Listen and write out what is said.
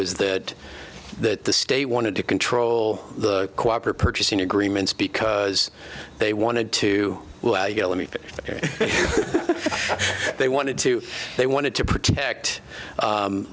was that that the state wanted to control the cooperate purchasing agreements because they wanted to yell at me that they wanted to they wanted to protect